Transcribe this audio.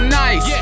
nice